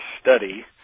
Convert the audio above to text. study